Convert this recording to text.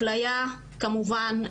אפליה כמובן.